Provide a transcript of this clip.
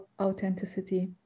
authenticity